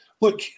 look